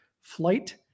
flight